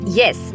yes